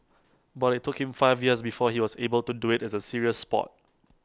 but IT took him five years before he was able to do IT as A serious Sport